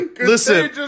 Listen